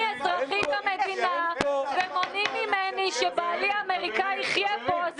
אני אזרחית במדינה ומונעים ממני שבעלי האמריקני יחיה פה,